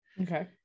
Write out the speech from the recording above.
okay